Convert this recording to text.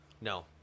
No